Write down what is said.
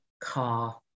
car